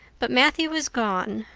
but matthew was gone,